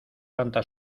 tanta